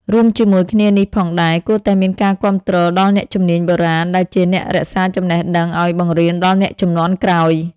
រួមជាមួយគ្នានេះផងដែរ គួរតែមានការគាំទ្រដល់អ្នកជំនាញបុរាណដែលជាអ្នករក្សាចំណេះដឹងឲ្យបង្រៀនដល់អ្នកជំនាន់ក្រោយ។